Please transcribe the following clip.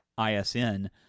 ISN